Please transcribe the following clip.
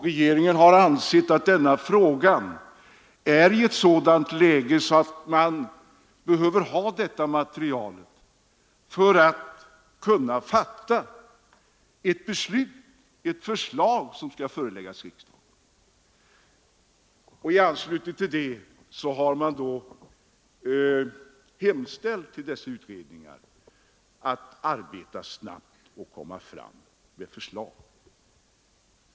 Regeringen har ansett att bostadsfrågan är i ett sådant läge att man behöver få fram utredningsmaterialet för att kunna fatta ett beslut i frågan och framlägga ett förslag för riksdagen. Därför har regeringen hemställt till utredningarna att arbeta snabbt och lägga fram förslag.